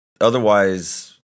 otherwise